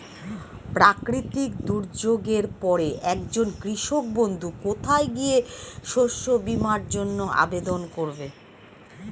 প্রাকৃতিক দুর্যোগের পরে একজন কৃষক বন্ধু কোথায় গিয়ে শস্য বীমার জন্য আবেদন করবে?